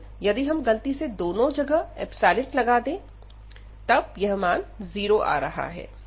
लेकिन यदि हम गलती से दोनों जगह इप्सिलोन लगा दे तब यह मान जीरो आ रहा है